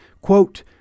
quote